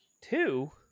Two